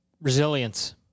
Resilience